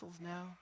now